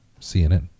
CNN